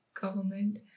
government